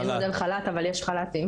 אין מודל חל"ת אבל יש חל"תים.